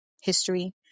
history